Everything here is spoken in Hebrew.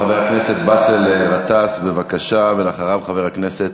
חבר הכנסת באסל גטאס, בבקשה, ואחריו, חבר הכנסת